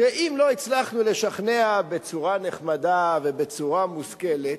שאם לא הצלחנו לשכנע בצורה נחמדה, ובצורה מושכלת,